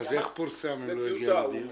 אז איך הוא פורסם אם לא הגיע לדיון?